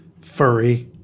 Furry